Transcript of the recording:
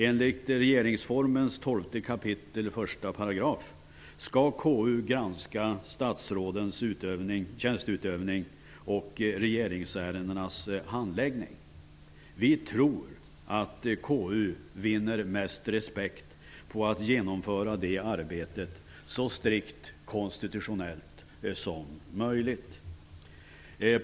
Enligt regeringsformens 12 kap., 1 §, skall KU granska statsrådens tjänsteutövning och regeringsärendenas handläggning. Vi tror att KU vinner mest respekt på att genomföra detta arbete så strikt konstitutionellt som möjligt.